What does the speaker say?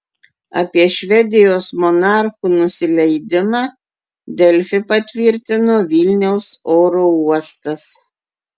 apie švedijos monarchų nusileidimą delfi patvirtino vilniaus oro uostas